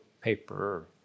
paper